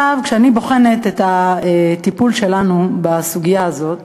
כשאני בוחנת את הטיפול שלנו בסוגיה הזאת,